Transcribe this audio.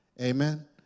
Amen